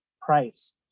price